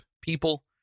people